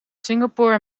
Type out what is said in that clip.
singapore